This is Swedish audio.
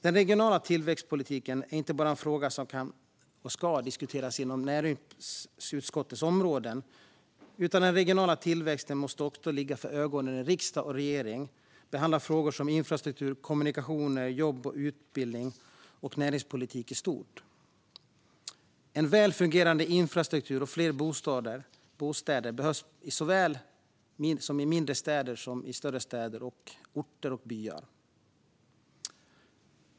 Den regionala tillväxtpolitiken är inte bara en fråga som kan och ska diskuteras inom näringsutskottets områden, utan den regionala tillväxten måste också finnas för ögonen när riksdagen och regeringen behandlar frågor som infrastruktur, kommunikationer, jobb, utbildning och näringspolitik i stort. En välfungerande infrastruktur och fler bostäder behövs i såväl mindre och större städer som i orter och byar.